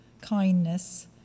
kindness